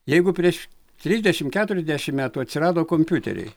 jeigu prieš trisdešimt keturiasdešimt metų atsirado kompiuteriai